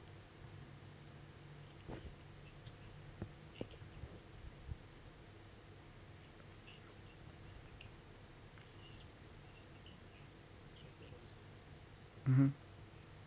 mmhmm